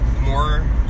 more